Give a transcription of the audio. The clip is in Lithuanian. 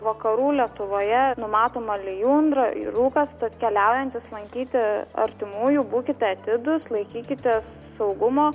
vakarų lietuvoje numatoma lijundra rūkas tad keliaujantys lankyti artimųjų būkite atidūs laikykitės saugumo